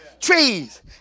trees